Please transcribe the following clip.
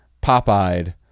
pop-eyed